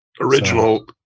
Original